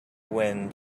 wind